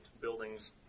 buildings